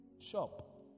Shop